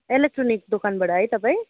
electronics दोकानबाट है तपाईँ